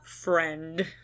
friend